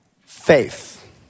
faith